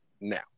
now